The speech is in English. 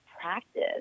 practice